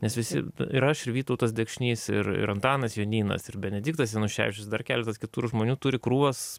nes visi ir aš ir vytautas dekšnys ir ir antanas jonynas ir benediktas januševičius dar keletas kitų žmonių turi krūvas